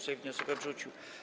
Sejm wniosek odrzucił.